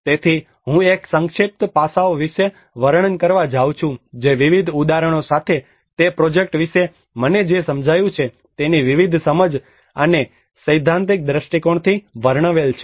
તેથી હું એક સંક્ષિપ્ત પાસાઓ વિશે વર્ણન કરવા જાઉં છું જે વિવિધ ઉદાહરણો સાથે તે પ્રોજેક્ટ વિશે મને જે સમજાયું છે તેની વિવિધ સમજ સાથે સૈદ્ધાંતિક દ્રષ્ટિકોણથી વર્ણવેલ છે